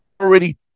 already